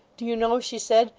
do you know she said,